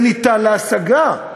זה ניתן להשגה.